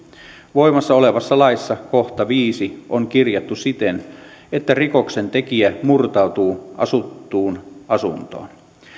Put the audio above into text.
voimassa olevassa laissa kohta viisi on kirjattu siten että rikoksentekijä murtautuu asuttuun asuntoon